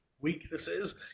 weaknesses